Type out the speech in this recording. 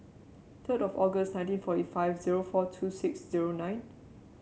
third of August nineteen forty five zero four two six zero nine